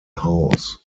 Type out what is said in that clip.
house